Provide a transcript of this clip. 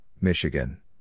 Michigan